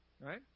right